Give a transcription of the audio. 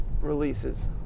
releases